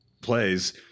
plays